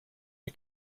you